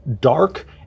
dark